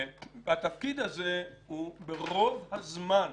כפי שמוכר לי, התפקיד הזה רוב הזמן